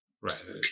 Right